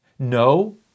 no